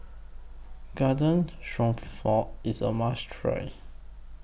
Garden Stroganoff IS A must Try